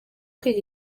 kwiga